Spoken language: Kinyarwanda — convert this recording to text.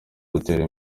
dutera